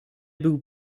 był